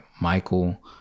Michael